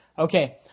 Okay